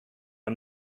i’m